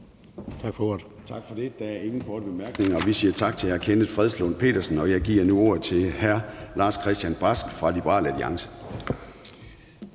Tak for ordet.